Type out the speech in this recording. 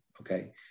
okay